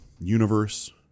universe